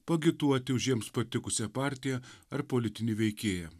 paagituoti už jiems patikusią partiją ar politinį veikėją